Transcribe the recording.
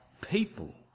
people